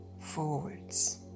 Forwards